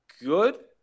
good